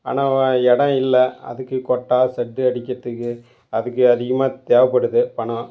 ஆனால் இடம் இல்லை அதுக்குக் கொட்டாய் செட்டு அடிக்கிறதுக்கு அதுக்கு அதிகமாக தேவைப்படுது பணம்